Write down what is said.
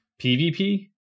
PvP